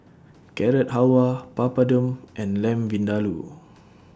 Carrot Halwa Papadum and Lamb Vindaloo